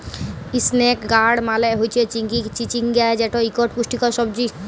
ইসনেক গাড় মালে হচ্যে চিচিঙ্গা যেট ইকট পুষ্টিকর সবজি